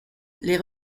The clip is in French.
les